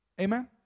Amen